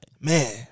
Man